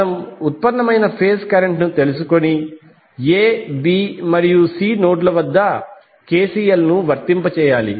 మనము ఉత్పన్నమైన phase current తీసుకొని A B మరియు C నోడ్స్ వద్ద KCL ను వర్తింపజేయాలి